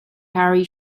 harry